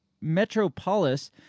metropolis